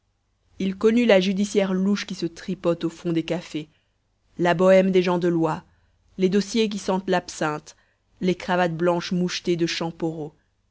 il connut la judiciaire louche qui se tripote au fond des cafés la bohème des gens de loi les dossiers qui sentent l'absinthe les cravates blanches mouchetées de